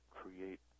create